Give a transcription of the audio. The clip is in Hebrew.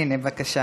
הינה, בבקשה.